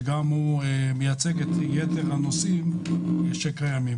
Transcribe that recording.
שגם הוא מייצג את יתר הנושאים שקיימים.